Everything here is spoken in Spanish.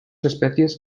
especies